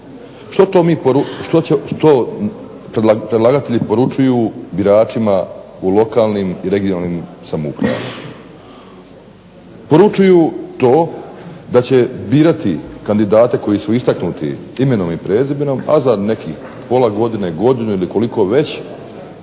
Što predlagatelji poručuju biračima u lokalnim i regionalnim samoupravama? Poručuju to da će birati kandidate koji su istaknuti imenom i prezimenom, a za nekih pola godine, godinu ili koliko već